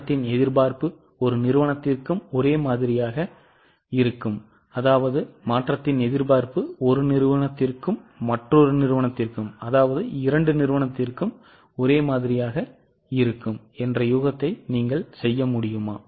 மாற்றத்தின் எதிர்பார்ப்பு இரு நிறுவனத்திற்கும் ஒரே மாதிரியாக இருக்கும் எந்த யூகத்தை நீங்கள் செய்ய முடியுமா